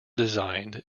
designed